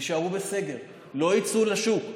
יישארו בסגר ולא יצאו לשוק,